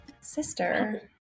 sister